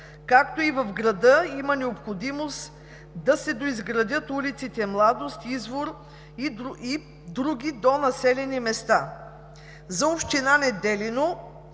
както и в града има необходимост да се доизградят улиците „Младост“, „Извор“ и други до населени места. За община Неделино